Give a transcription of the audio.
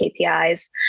KPIs